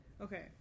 Okay